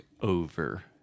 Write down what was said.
over